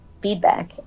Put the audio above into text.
feedback